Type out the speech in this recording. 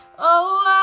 oh,